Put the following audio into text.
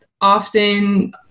often